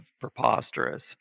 preposterous